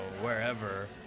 wherever